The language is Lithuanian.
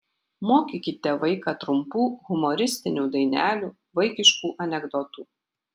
mokykite vaiką trumpų humoristinių dainelių vaikiškų anekdotų